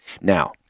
Now